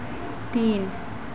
तीन